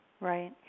Right